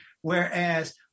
whereas